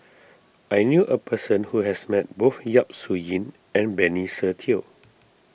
I knew a person who has met both Yap Su Yin and Benny Se Teo